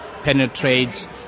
penetrate